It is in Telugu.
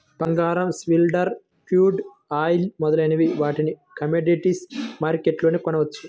బంగారం, సిల్వర్, క్రూడ్ ఆయిల్ మొదలైన వాటిని కమోడిటీస్ మార్కెట్లోనే కొనవచ్చు